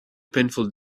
painful